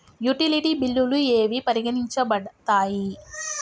Utility బిల్లులు ఏవి పరిగణించబడతాయి?